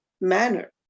manner